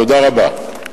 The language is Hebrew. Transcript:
תודה רבה.